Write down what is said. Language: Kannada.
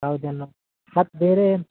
ಹೌದೇನು ಮತ್ತೆ ಬೇರೇ